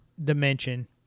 dimension